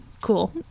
cool